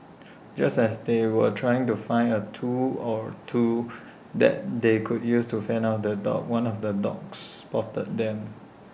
just as they were trying to find A tool or two that they could use to fend off the dogs one of the dogs spotted them